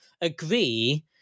agree